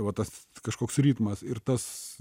va tas kažkoks ritmas ir tas